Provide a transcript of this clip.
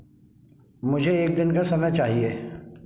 मुझे एक दिन का समय चाहिए